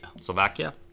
Slovakia